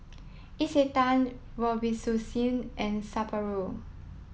Isetan Robitussin and Sapporo